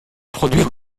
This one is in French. produire